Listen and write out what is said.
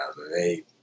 2008